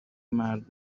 مرد